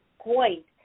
point